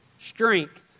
strength